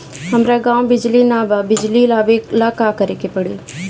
हमरा गॉव बिजली न बा बिजली लाबे ला का करे के पड़ी?